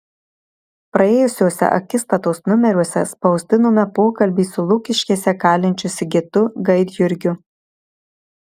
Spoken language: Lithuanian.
praėjusiuose akistatos numeriuose spausdinome pokalbį su lukiškėse kalinčiu sigitu gaidjurgiu